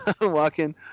walking